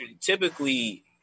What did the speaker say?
typically